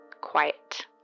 quiet